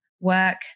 work